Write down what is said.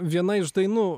viena iš dainų